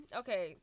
okay